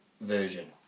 version